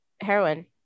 heroin